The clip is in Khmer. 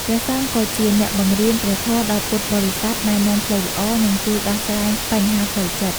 ព្រះអង្គក៏ជាអ្នកបង្រៀនព្រះធម៌ដល់ពុទ្ធបរិស័ទ ណែនាំផ្លូវល្អ និងជួយដោះស្រាយបញ្ហាផ្លូវចិត្ត។